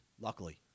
Luckily